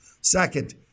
Second